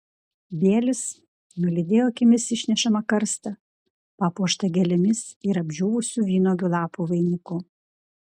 bielis nulydėjo akimis išnešamą karstą papuoštą gėlėmis ir apdžiūvusių vynuogių lapų vainiku